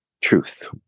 truth